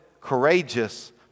courageous